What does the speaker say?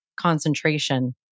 concentration